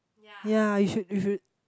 ya you should you should